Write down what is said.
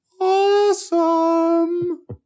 Awesome